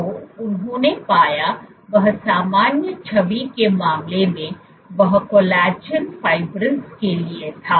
तो उन्होंने पाया वह सामान्य छवि के मामले में वह कोलेजन फाइब्रिल्स के लिए था